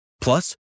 Plus